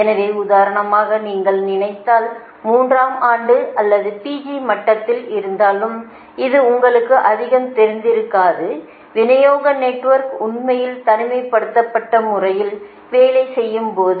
எனவே உதாரணமாக நீங்கள் நினைத்தால் மூன்றாம் ஆண்டு அல்லது PG மட்டத்தில் இருந்தாலும் இது உங்களுக்கு அதிகம் தெரிந்திருக்காது விநியோக நெட்வொர்க் உண்மையில் தனிமைப்படுத்தப்பட்ட முறையில் வேலை செய்யும் போது